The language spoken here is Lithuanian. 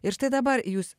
ir štai dabar jūs